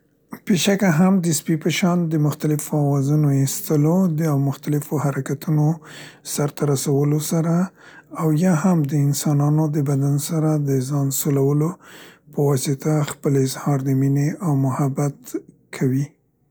پیشکه هم د سپي په شان د مختلفو اوازونو ایستلو، د او مختلفو حرکتونو سرته رسولو سره او یا هم د انسانانو د بدن سره د ځان سولولو په واسطه خپل اظهار د مینې او محبت کوي.